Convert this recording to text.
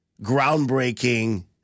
groundbreaking